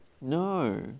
No